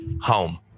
home